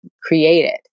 created